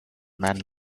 man